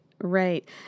right